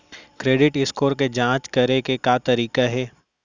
Credit score के जाँच करे के का तरीका हे?